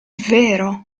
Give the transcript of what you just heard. vero